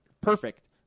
perfect